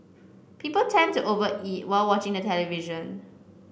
people tend to over eat while watching the television